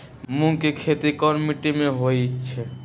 मूँग के खेती कौन मीटी मे होईछ?